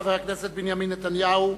חבר הכנסת בנימין נתניהו,